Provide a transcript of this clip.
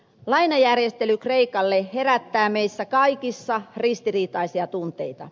lainajärjestely kreikalle herättää meissä kaikissa ristiriitaisia tunteita